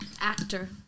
actor